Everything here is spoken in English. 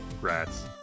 Rats